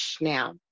Now